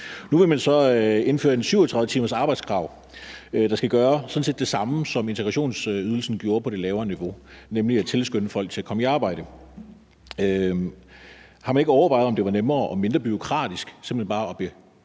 Nu vil man så indføre et 37-timersarbejdskrav, der sådan set skal gøre det samme, som integrationsydelsen gjorde på det lavere niveau, nemlig at tilskynde folk til at komme i arbejde. Har man ikke overvejet, om det var nemmere og mindre bureaukratisk simpelt hen bare at sænke